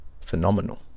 phenomenal